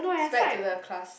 back to the class